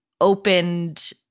opened